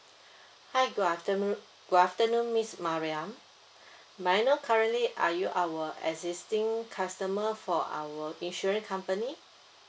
hi good afternoon good afternoon miss mariam may I know currently are you our existing customer for our insurance company